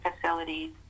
facilities